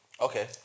Okay